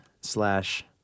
slash